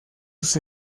sus